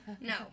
No